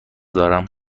دارم